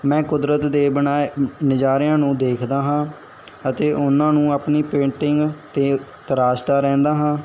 ਮੈਂ ਕੁਦਰਤ ਦੇ ਬਣਾਏ ਨਜ਼ਰਿਆ ਨੂੰ ਦੇਖਦਾ ਹਾਂ ਅਤੇ ਉਹਨਾਂ ਨੂੰ ਆਪਣੀ ਪੇਂਟਿੰਗ ਤੇ ਤਰਾਸ਼ਦਾ ਰਹਿੰਦਾ ਹੈ